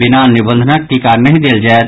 बिना निबंधनक टीका नहि देल जायत